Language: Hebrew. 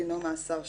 דינו מאסר שנה".